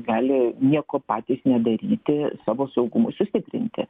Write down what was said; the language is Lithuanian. gali nieko patys nedaryti savo saugumui sustiprinti